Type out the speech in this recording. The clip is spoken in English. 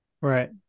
Right